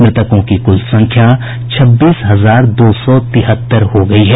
मृतकों की कुल संख्या छब्बीस हजार दो सौ तिहत्तर हो गई है